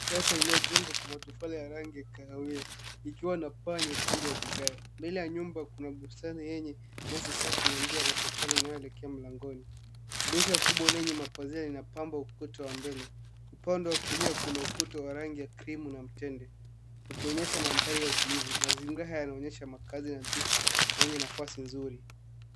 Sasa iliyojengwa kwa matofali ya rangi ya kahawia, ikiwa na paa nyekundu ya vigae. Mbele ya nyumba kuna bustani yenye nyasi safi na njia ya matofali inayoelekea mlangoni. Dirisha kubwa lenye mapazia linapamba ukuta wa mbele. Upande wa kulia kuna ukuta wa rangi ya krimu na mtende, ukionyesha mandhari ya utulivu. Mazingira haya yanaonyesha makaazi nadhifu na yenye nafasi nzuri.